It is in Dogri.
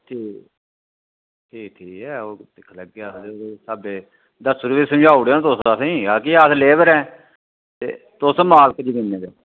ठीक ऐ ठीक ठीक ऐ ओह् दिक्खी लैगे ओह् स्हाबै तुस समझाउड़ेओ नी तुस असेंगी केह् आखदे लेबर ऐ ते तुस मालक जमीनै दे